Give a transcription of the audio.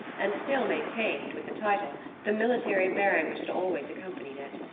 and still maintained, with the title, the military bearing which had always accompanied it.